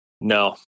no